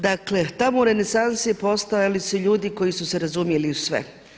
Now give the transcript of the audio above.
Dakle, tamo u renesansi postojali su ljudi koji su se razumjeli u sve.